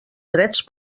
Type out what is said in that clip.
drets